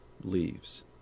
leaves